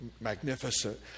magnificent